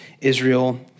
Israel